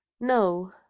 No